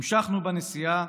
"המשכנו בנסיעה,